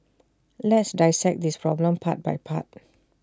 let's dissect this problem part by part